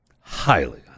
highly